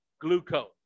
glucose